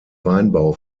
weinbau